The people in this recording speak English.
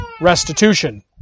restitution